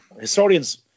historians